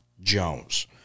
Jones